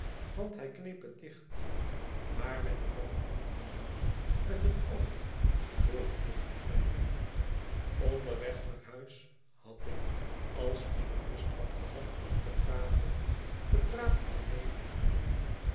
want hij kne'ep het dicht maar men kan wonderen doen met een oog door het dicht te knijpen onderweg naar huis had ik als ik lust had gehad om te praten den praat alleen moeten hebben